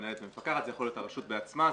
זה יכול להיות הרשות בעצמה,